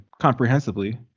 comprehensively